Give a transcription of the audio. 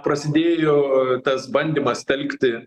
prasidėjo tas bandymas telkti